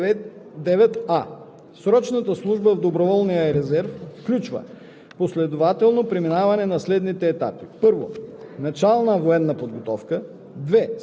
закона. (3) Финансовото осигуряване на срочната служба в доброволния резерв е за сметка на бюджета на Министерството на отбраната. Чл. 59а.